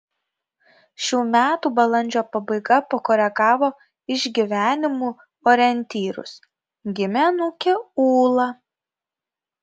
šių metų balandžio pabaiga pakoregavo išgyvenimų orientyrus gimė anūkė ūla